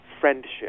friendship